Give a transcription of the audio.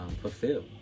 fulfill